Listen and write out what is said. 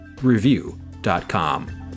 Review.com